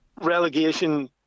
relegation